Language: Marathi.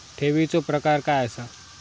ठेवीचो प्रकार काय असा?